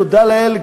תודה לאל,